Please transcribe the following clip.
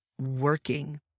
working